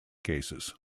cases